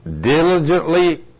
diligently